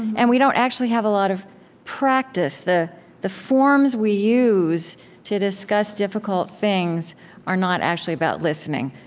and we don't actually have a lot of practice. the the forms we use to discuss difficult things are not actually about listening.